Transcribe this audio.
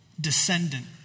descendant